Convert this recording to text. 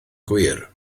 gwir